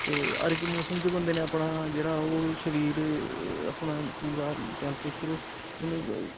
ते हर इक मौसम च बंदे ने अपना जेह्ड़ा ओह् शरीर अपना पूरा टैंपरेचर उ'न्न